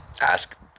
ask